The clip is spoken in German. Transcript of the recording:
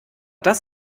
das